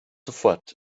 sofort